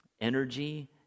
energy